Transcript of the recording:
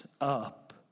up